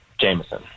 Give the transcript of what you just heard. Jameson